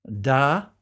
Da